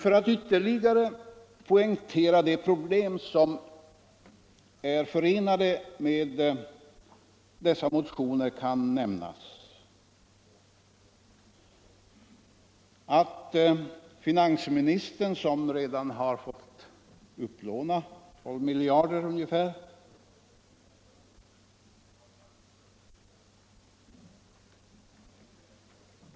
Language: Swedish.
Finansministern har alltså redan fått låna upp omkring 12 miljarder, vilket ytterligare poängterar de problem som är förenade med dessa motioner.